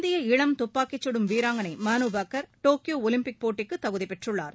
இந்திய இளம் துப்பாக்கடும் வீராங்கணை மாலுபாக்கர் Tokyo Olympic போட்டிக்கு தகுதி பெற்றளளார்